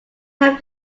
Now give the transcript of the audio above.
have